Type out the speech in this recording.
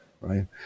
right